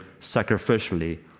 sacrificially